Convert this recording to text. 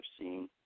seen